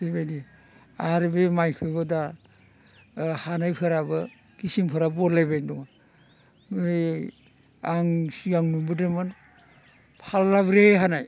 बेबायदि आरो बे माइखौबो दा हानायफोराबो खिसिंफोरा बद्लायबाय दङ बै आं सिगां नुबोदोंमोन फाल्लाब्रैयै हानाय